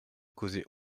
causer